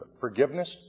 forgiveness